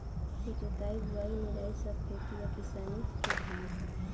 जोताई बोआई निराई सब खेती आ किसानी के भाग हा